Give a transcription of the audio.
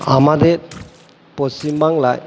আমাদের পশ্চিমবাংলায়